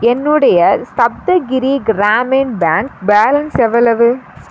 என்னுடைய Saptagiri Grameen bank balance எவ்வளவு